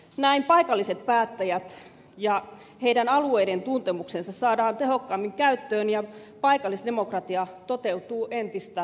näin paikalliset päättäjät ja heidän alueiden tuntemuksensa saadaan tehokkaammin käyttöön ja paikallisdemokratia toteutuu entistä paremmin